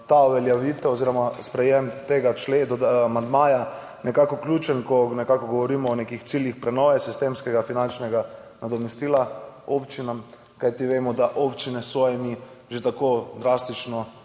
ta uveljavitev oziroma sprejem tega amandmaja nekako ključen, ko nekako govorimo o nekih ciljih prenove sistemskega finančnega nadomestila občinam, kajti vemo, da občine s svojimi že tako drastično